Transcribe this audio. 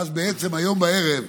ואז בעצם היום בערב,